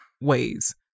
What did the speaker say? ways